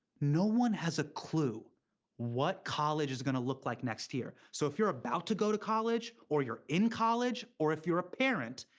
no one has a clue what college is going to look like next year. so if you're about to go to college, or you're in college, or if you're a parent,